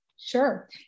Sure